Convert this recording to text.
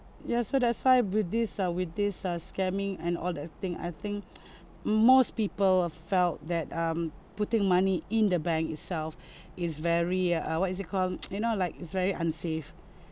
ya so that's why with this uh with this uh scamming and all that thing I think most people felt that um putting money in the bank itself is very uh what is it called you know like is very unsafe